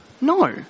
no